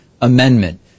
Amendment